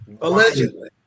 Allegedly